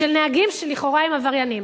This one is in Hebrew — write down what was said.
של נהגים שלכאורה הם עבריינים.